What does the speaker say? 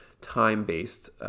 time-based